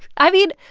i mean,